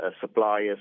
suppliers